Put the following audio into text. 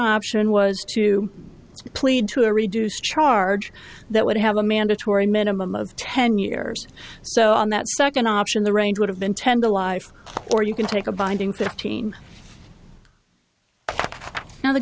option was to plead to a reduced charge that would have a mandatory minimum of ten years so on that second option the range would have been ten to life or you can take a binding thirteen now the